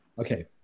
Okay